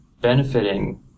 benefiting